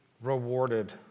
rewarded